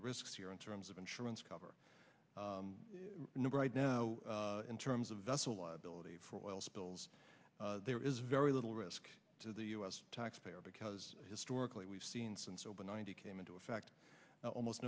the risks here in terms of insurance cover right now in terms of vessel liability for oil spills there is very little risk to the u s taxpayer because historically we've seen since open ninety came into effect almost